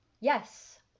Yes